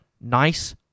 nice